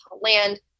land